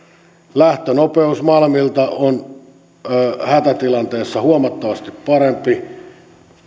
lähtönopeus malmilta on hätätilanteessa huomattavasti parempi